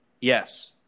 yes